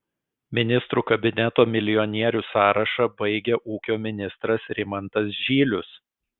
ministrų kabineto milijonierių sąrašą baigia ūkio ministras rimantas žylius